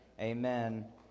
Amen